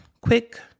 quick